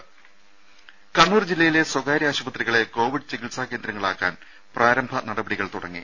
രുമ കണ്ണൂർ ജില്ലയിലെ സ്വകാര്യ ആശുപത്രികളെ കോവിഡ് ചികിത്സാ കേന്ദ്രങ്ങളാക്കാൻ പ്രാരംഭ നടപടികൾ തുടങ്ങി